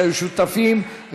שהיו שותפים,